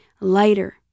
lighter